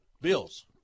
Bills